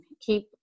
keep